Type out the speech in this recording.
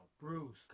Bruce